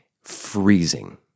freezing